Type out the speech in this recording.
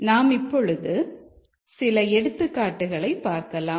நாம் இப்பொழுது சில எடுத்துக்காட்டுகளை பார்க்கலாம்